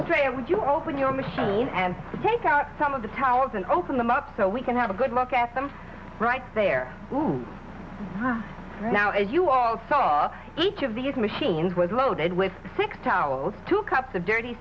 trainer would you open your machine and take out some of the towers and open them up so we can have a good look at them right there right now as you all saw each of these machines was loaded with six towels two cups of dirty